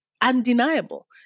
undeniable